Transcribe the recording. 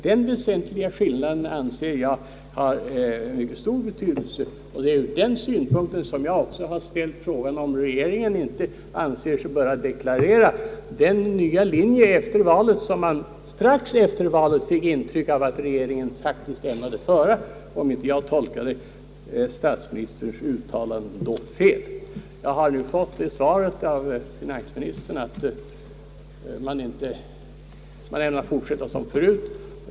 Den väsentliga skillnaden anser jag ha en mycket stor betydelse. Det är också ur den synpunkten som jag har ställt frågan, om inte regeringen anser sig böra deklarera den nya linje, som man strax efter valet fick intryck av att regeringen faktiskt ämnade föra, om inte jag tolkade statsministerns uttalande då fel. Det svaret har nu finansministern givit, att man ämnar fortsätta som förut.